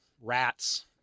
rats